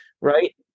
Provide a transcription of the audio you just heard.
right